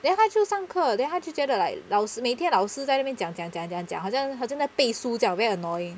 then 他就上课 then 他就觉得 like 老师每天老师在那边讲讲讲讲讲好像在背书这样 very annoying